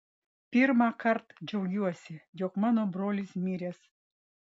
pirmąkart džiaugiuosi jog mano brolis miręs